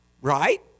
Right